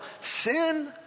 Sin